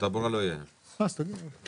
הישיבה